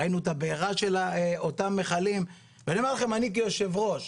ראינו את הבעירה של אותם מכלים ואני אומר לכם אני כיושב ראש,